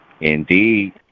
Indeed